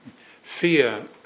Fear